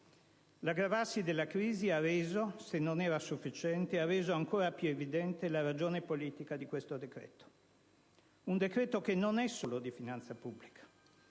L'aggravarsi della crisi ha reso, se non era sufficiente, ancora più evidente la ragione politica di questo decreto: un decreto che non è solo di finanza pubblica.